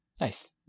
Nice